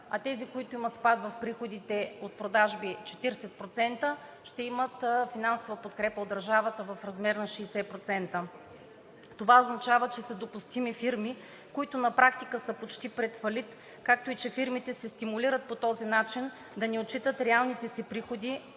а тези, които имат спад в приходите от продажби 40%, ще имат финансова подкрепа от държавата в размер на 60%. Това означава, че са допустими фирми, които на практика са почти пред фалит, както и че фирмите се стимулират по този начин да не отчитат реалните си приходи,